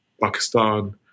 Pakistan